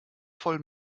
voll